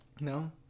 no